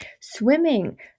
swimming